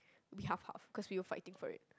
we half half cause we were fighting for it